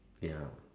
ya